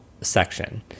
section